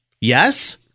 Yes